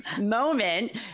moment